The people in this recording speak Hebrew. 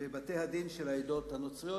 ובתי-הדין של העדות הנוצריות,